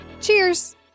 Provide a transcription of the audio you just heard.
Cheers